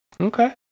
okay